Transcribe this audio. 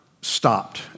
stopped